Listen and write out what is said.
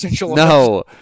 no